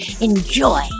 Enjoy